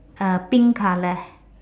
uh pink colour ha~